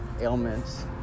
ailments